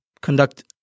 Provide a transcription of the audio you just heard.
conduct